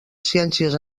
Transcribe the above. ciències